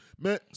man